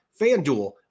FanDuel